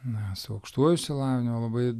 na su aukštuoju išsilavinimu labai